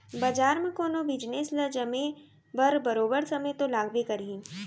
बजार म कोनो बिजनेस ल जमे बर बरोबर समे तो लागबे करही